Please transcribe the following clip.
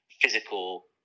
physical